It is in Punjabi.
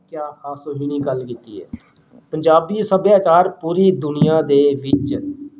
ਕਿਆ ਹਾਸੋਹੀਣੀ ਗੱਲ ਕੀਤੀ ਹੈ ਪੰਜਾਬੀ ਸੱਭਿਆਚਾਰ ਪੂਰੀ ਦੁਨੀਆ ਦੇ ਵਿੱਚ